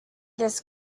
this